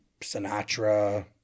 Sinatra